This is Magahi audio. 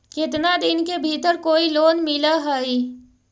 केतना दिन के भीतर कोइ लोन मिल हइ?